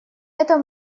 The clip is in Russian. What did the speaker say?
этом